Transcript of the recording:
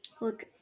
look